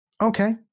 Okay